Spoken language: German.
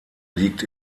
liegt